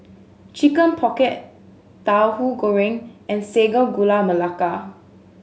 Chicken Pocket Tauhu Goreng and Sago Gula Melaka